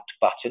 button